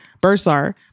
bursar